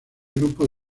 grupos